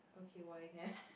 okay